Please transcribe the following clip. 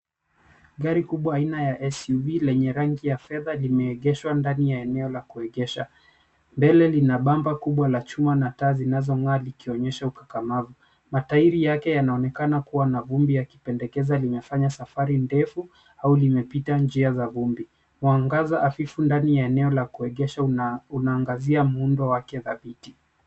Gari kubwa la aina ya SUV lenye rangi ya fedha limeegeshwa ndani ya eneo la kuegesha. Mbele lina bamba kubwa la chuma na taa zinazong'aa likionyesha ukakamavu. Matairi yake yanaonekana kuwa na vumbi yakipendekeza limefanya safari ndefu au limepita njia za vumbi. Mwangaza hafifu ndani ya eneo la kuegesha unaangazia muundo wake dhabiti.